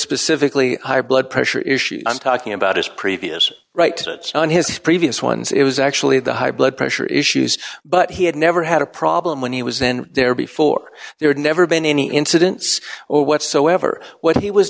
specifically high blood pressure issues i'm talking about his previous right on his previous ones it was actually the high blood pressure issues but he had never had a problem when he was in there before there never been any incidents or whatsoever what he was